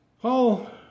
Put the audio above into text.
Paul